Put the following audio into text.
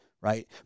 right